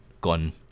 gone